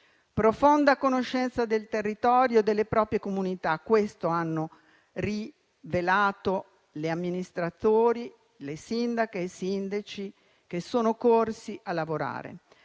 Profonda conoscenza del territorio e delle proprie comunità: questo hanno rivelato gli amministratori, le sindache e i sindaci che sono corsi a lavorare.